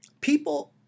people